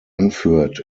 anführt